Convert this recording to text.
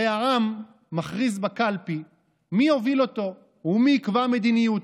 הרי העם מכריז בקלפי מי יוביל אותו ומי יקבע מדיניות,